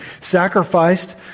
sacrificed